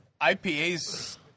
IPAs